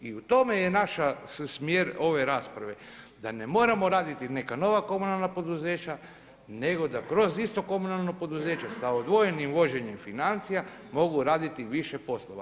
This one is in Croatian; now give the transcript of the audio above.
I u tome je naša, smjer ove rasprave, da ne moramo raditi neka nova komunalna poduzeća, nego kroz ista komunalna poduzeća, sa odvojenim uvođenjem financija, mogu raditi više poslova.